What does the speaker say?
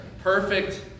Perfect